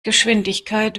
geschwindigkeit